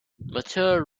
mature